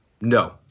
No